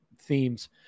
themes